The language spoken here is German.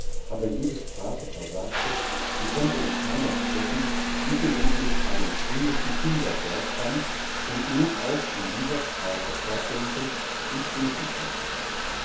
aber jede sprache versagte sie konnte in keiner sprechen bis sie endlich einen englischen kindervers fand und nun auch in dieser sprache fortdenken und beten konnte